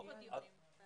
היו פה דיונים בנושא.